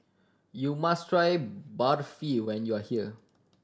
you must try Barfi when you are here